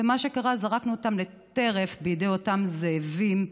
ומה שקרה, זרקנו אותן לטרף בידי אותם זאבים,